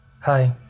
Hi